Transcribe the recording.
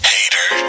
Hater